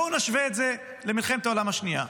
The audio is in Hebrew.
--- בואו נשווה את זה למלחמת העולם השנייה.